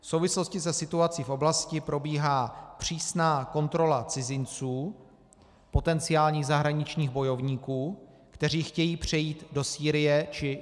V souvislosti se situací v oblasti probíhá přísná kontrola cizinců, potenciálních zahraničních bojovníků, kteří chtějí přejít do Sýrie či Iráku.